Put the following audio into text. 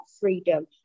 freedom